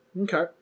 Okay